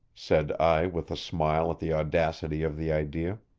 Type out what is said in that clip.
said i with a smile at the audacity of the idea.